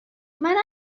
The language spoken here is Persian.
منم